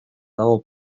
dago